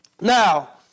Now